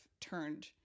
turned